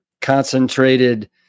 concentrated